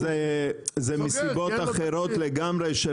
זה מסיבות אחרות לגמרי,